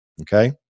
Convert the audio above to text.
Okay